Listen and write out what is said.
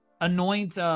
anoint